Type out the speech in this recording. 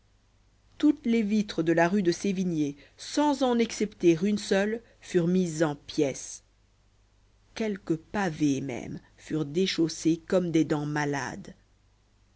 toutes les vitres de la rue de sévigné sans en excepter une seule furent mises en pièces quelques pavés même furent déchaussés comme des dents malades